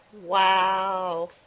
Wow